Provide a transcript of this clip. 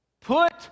put